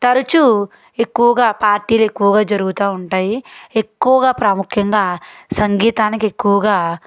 తరచు ఎక్కువగా పార్టీలు ఎక్కువగా జరుగుతా ఉంటాయి ఎక్కువగా ప్రాముఖ్యంగా సంగీతానికి ఎక్కువగా